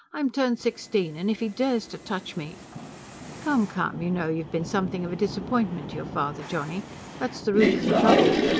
i'm turned sixteen and if he dares to touch me come, come. you know, you've been something of a disappointment to your father, johnny that's the root of the trouble.